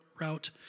route